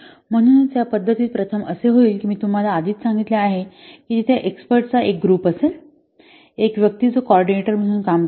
म्हणूनच या पद्धतीत प्रथम असे होईल की मी तुम्हाला आधीच सांगितले आहे की तिथे एक्सपर्टचा चा एक ग्रुप असेल एक व्यक्ती जो कॉर्डीनेटर म्हणून काम करेल